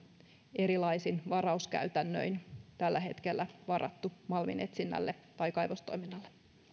erilaisin varauskäytännöin tällä hetkellä varattu malminetsinnälle tai kaivostoiminnalle